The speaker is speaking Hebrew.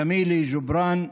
ג'מילה ג'בארין,